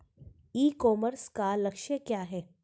ई commerce का लक्ष्य क्या है?